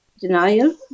Denial